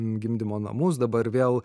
gimdymo namus dabar vėl